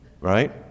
right